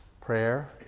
prayer